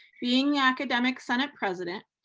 being academic senate president,